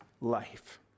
life